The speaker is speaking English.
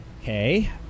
Okay